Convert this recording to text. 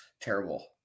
Terrible